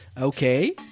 Okay